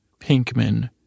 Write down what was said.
Pinkman